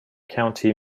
county